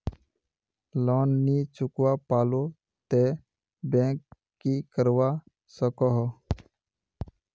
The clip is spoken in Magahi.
लोन नी चुकवा पालो ते बैंक की करवा सकोहो?